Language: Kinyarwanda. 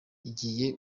igiye